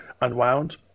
unwound